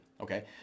Okay